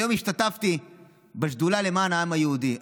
היום השתתפתי בשדולה למען העם היהודי.